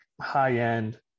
high-end